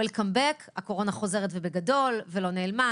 וולקאם באק הקורונה חוזרת ובגדול, ולא נעלמה.